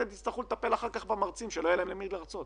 תצטרכו לטפל אחר כך במרצים שלא יהיה להם למי להרצות